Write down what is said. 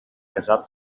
casar